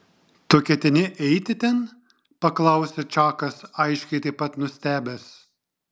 tu ketini eiti ten paklausė čakas aiškiai taip pat nustebęs